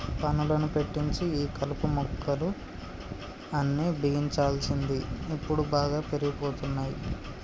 పనులను పెట్టించి ఈ కలుపు మొక్కలు అన్ని బిగించాల్సింది ఇప్పుడు బాగా పెరిగిపోతున్నాయి